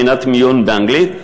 בחינת מיון באנגלית,